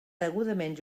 degudament